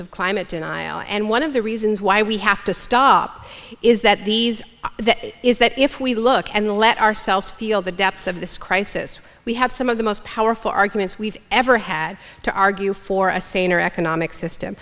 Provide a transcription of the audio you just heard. of climate and i and one of the reasons why we have to stop is that these are that is that if we look and let ourselves feel the depth of this crisis we have some of the most powerful arguments we've ever had to argue for a saner economic system